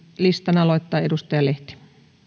listan aloittaa edustaja lehti